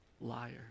liar